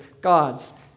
gods